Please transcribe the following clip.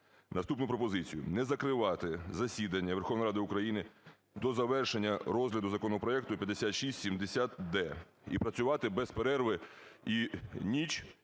наступну пропозицію: не закривати засідання Верховної Ради України до завершення розгляду законопроекту 5670-д і працювати без перерви і ніч,